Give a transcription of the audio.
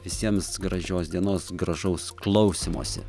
visiems gražios dienos gražaus klausymosi